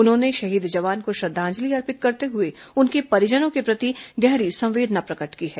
उन्होंने शहीद जवान को श्रद्धांजलि अर्पित करते हुए उनके परिजनों के प्रति गहरी संवेदना प्रकट की है